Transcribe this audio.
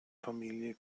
familie